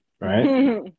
Right